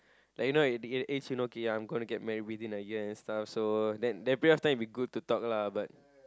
like you know at the the age okay I'm going to get married within a year and stuff so that that period of time it'll be good to talk lah but